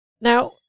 now